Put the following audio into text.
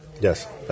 Yes